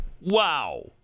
Wow